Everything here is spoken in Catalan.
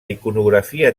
iconografia